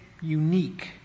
unique